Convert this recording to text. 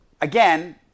again